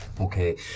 Okay